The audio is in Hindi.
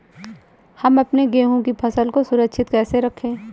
हम अपने गेहूँ की फसल को सुरक्षित कैसे रखें?